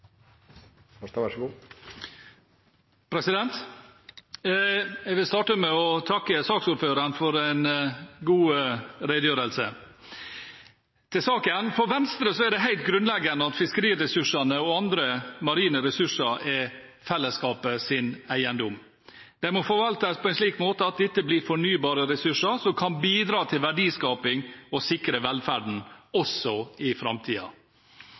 Jeg vil starte med å takke saksordføreren for en god redegjørelse. Til saken: For Venstre er det helt grunnleggende at fiskeriressursene og andre marine ressurser er fellesskapets eiendom. De må forvaltes på en slik måte at de blir fornybare ressurser som kan bidra til verdiskaping og sikre velferden også i